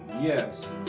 Yes